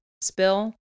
spill